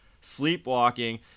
sleepwalking